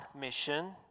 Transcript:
mission